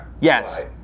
Yes